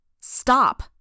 Stop